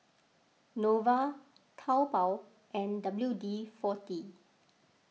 Nova Taobao and W D forty